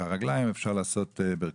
בנוגע לבעיות רגליים באמת אפשר להחליף ברכיים